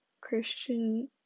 Christian